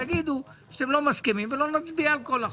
ותגידו שאתם לא מסכימים ולא נצביע על כל החוק.